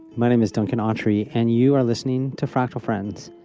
my name is duncan autrey, and you are listening to fractal friends,